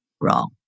wrong